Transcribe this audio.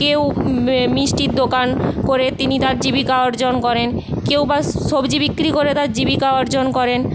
কেউ মিষ্টির দোকান করে তিনি তার জীবিকা অর্জন করেন কেউ বা সবজি বিক্রি করে তার জীবিকা অর্জন করেন